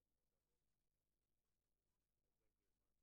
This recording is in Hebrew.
תחזיקו מעמד.